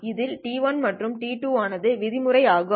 இதில் t1 மற்றும் t2 ஆனது விதிமுறைஆகும்